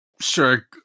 Sure